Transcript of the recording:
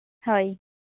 ᱦᱳᱭ